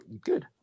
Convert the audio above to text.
good